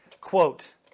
Quote